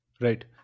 right